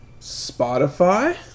Spotify